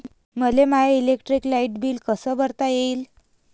मले माय electric light bill कस भरता येईल?